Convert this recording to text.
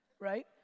Right